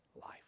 life